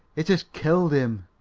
it has killed him.